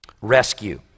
rescue